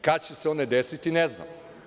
Kada će se one desiti, ne znamo.